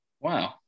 Wow